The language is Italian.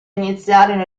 iniziarono